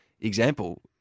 example